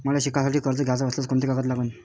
मले शिकासाठी कर्ज घ्याचं असल्यास कोंते कागद लागन?